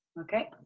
Okay